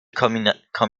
kommissar